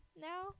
now